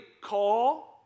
call